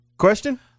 Question